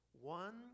One